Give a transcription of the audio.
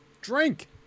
drink